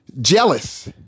Jealous